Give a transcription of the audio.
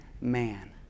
man